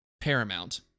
paramount